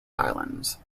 islands